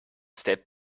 step